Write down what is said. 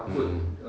mm mm